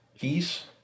peace